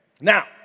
Now